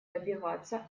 добиваться